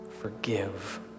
forgive